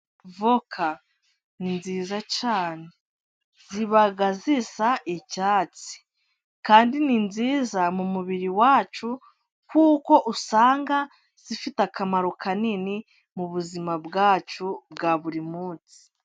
Avoka ni nziza cyane . Ziba zisa icyatsi kandi ni nziza mumubiri wacu ,kuko usanga zifite akamaro kanini mu buzima bwacu bwa buri munsi.